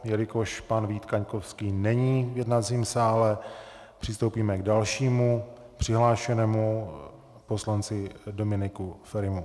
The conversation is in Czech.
Jelikož pan Vít Kaňkovský není v jednacím sále, přistoupíme k dalšímu přihlášenému, poslanci Dominiku Ferimu.